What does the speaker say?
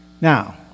Now